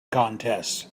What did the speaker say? contest